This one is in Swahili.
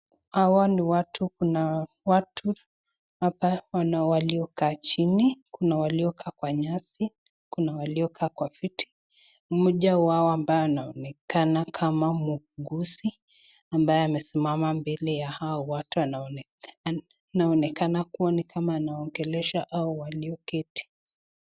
Hawa ni watu. Kuna watu hapa ambao waliokaa chini. Kuna waliokaa kwa nyasi. Kuna waliokaa kwa viti. Mmoja wao ambaye anaonekana kama muguzi, ambaye amesimama mbele ya hao watu anaonekana kuwa ni kama anaongelesha hao walioketi.